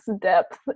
depth